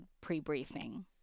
pre-briefing